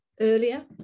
earlier